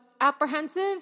apprehensive